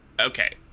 okay